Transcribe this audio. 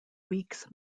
weeks